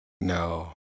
No